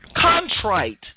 Contrite